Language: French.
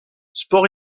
sports